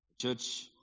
Church